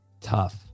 Tough